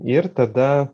ir tada